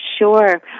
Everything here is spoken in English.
Sure